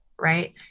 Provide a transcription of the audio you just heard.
right